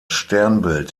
sternbild